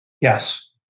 Yes